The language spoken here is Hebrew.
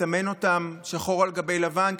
מסמן אותם שחור על גבי לבן,